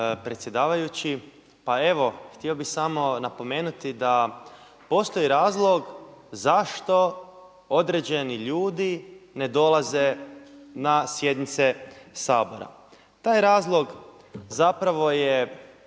predsjedavajući. Pa evo htio bih samo napomenuti da postoji razlog zašto određeni ljudi ne dolaze na sjednice Sabora. Taj razlog zapravo je